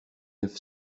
neuf